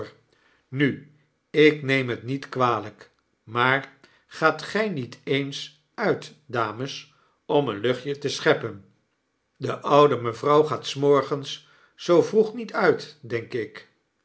nu ik neem het niet kwalp maar gaat gg niet eens uit dames om een luchtje te scheppen de oude mevrouw gaat s morgens zoo vroeg niet uit denk ik